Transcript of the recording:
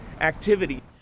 activity